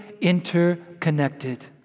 interconnected